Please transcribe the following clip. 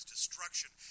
destruction